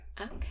Okay